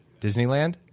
Disneyland